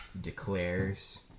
declares